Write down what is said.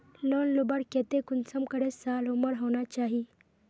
Loan लुबार केते कुंसम करे साल उमर होना चही?